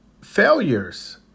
failures